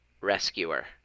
rescuer